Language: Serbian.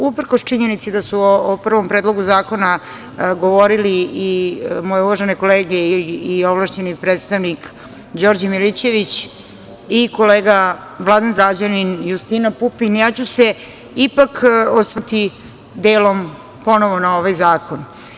Uprkos činjenici da su o prvom predlogu zakona govorili i moje uvažene kolege i ovlašćeni predstavnik, Đorđe Milićević i kolega Vladan Zagrađanin, Justina Pupin, ja ću se ipak osvrnuti delom ponovo na ovaj zakon.